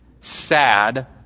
sad